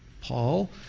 Paul